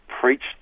preached